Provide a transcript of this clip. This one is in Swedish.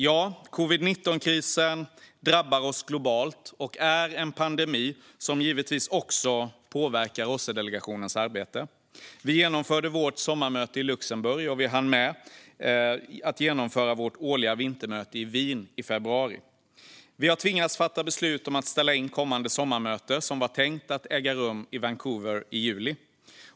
Ja, covid-19-krisen drabbar oss globalt och är en pandemi som givetvis också påverkar OSSE-delegationens arbete. Vi genomförde vårt sommarmöte i Luxemburg, och vi hann genomföra vårt årliga vintermöte i Wien i februari. Vi har tvingats fatta beslut om att ställa in årets sommarmöte, som var tänkt att äga rum i Vancouver i juli.